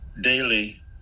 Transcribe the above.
daily